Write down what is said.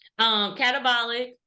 catabolic